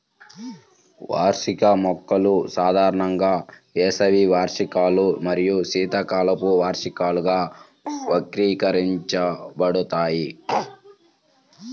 వార్షిక మొక్కలు సాధారణంగా వేసవి వార్షికాలు మరియు శీతాకాలపు వార్షికంగా వర్గీకరించబడతాయి